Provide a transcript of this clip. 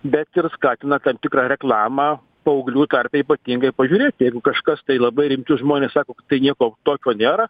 bet ir skatina tam tikrą reklamą paauglių tarpe ypatingai pažiūrėt jeigu kažkas tai labai rimti žmonės sako kad tai nieko tokio nėra